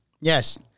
Yes